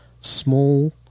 small